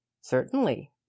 Certainly